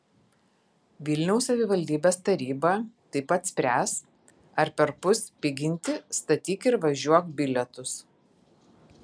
vilniaus savivaldybės taryba taip pat spręs ar perpus piginti statyk ir važiuok bilietus